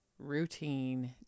routine